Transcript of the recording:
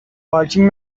پارکینگ